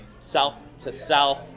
south-to-south